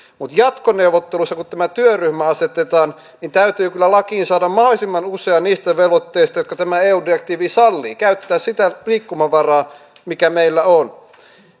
mutta jatkoneuvotteluissa kun tämä työryhmä asetetaan täytyy kyllä lakiin saada mahdollisimman usea niistä velvoitteista jotka tämä eu direktiivi sallii ja käyttää sitä liikkumavaraa mikä meillä on